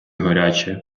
гаряче